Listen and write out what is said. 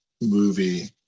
movie